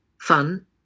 fun